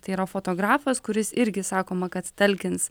tai yra fotografas kuris irgi sakoma kad talkins